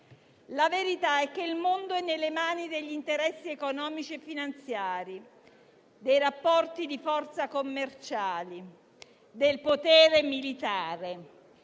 La verità è che il mondo è nelle mani degli interessi economici e finanziari, dei rapporti di forza commerciali e del potere militare,